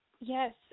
Yes